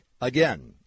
Again